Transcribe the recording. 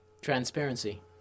Transparency